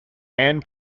and